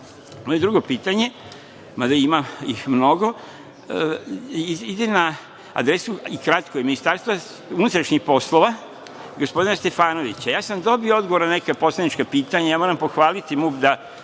drugo pitanje, mada ih ima mnogo, ide na adresu i kratko je, Ministarstva unutrašnjih poslova, gospodina Stefanovića. Ja sam dobio odgovor na neka poslanička pitanja i moram pohvaliti ga,